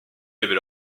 avait